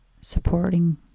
supporting